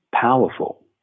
powerful